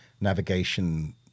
navigation